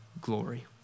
glory